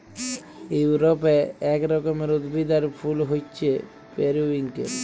ইউরপে এক রকমের উদ্ভিদ আর ফুল হচ্যে পেরিউইঙ্কেল